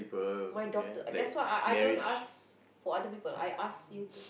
my daughter that's why I I don't ask for other people I ask you